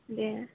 दे